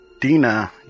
Dina